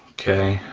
okay,